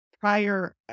prior